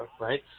right